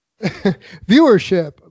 Viewership